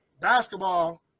basketball